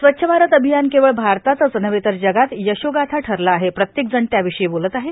स्वच्छ भारत र्आभयान केवळ भारतातच नव्हे तर जगात यशोगाथा ठरलं आहे प्रत्येकजण त्या विषयी बोलत आहे